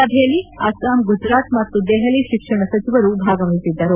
ಸಭೆಯಲ್ಲಿ ಅಸ್ಸಾಂ ಗುಜರಾತ್ ಮತ್ತು ದೆಹಲಿ ಶಿಕ್ಷಣ ಸಚಿವರು ಭಾಗವಹಿಸಿದ್ದರು